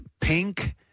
Pink